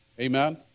Amen